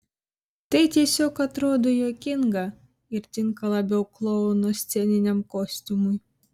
tai tiesiog atrodo juokinga ir tinka labiau klouno sceniniam kostiumui